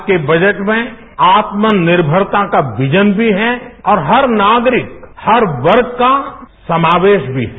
आज के बजट में आत्मनिर्मरता का विजन भी है और हर नागरिक हर वर्ग का समावेश भी है